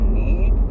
need